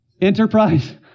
Enterprise